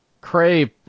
Cray